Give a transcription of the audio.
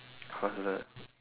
what's the